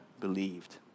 believed